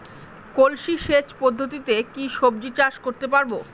কলসি সেচ পদ্ধতিতে কি সবজি চাষ করতে পারব?